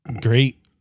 Great